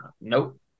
Nope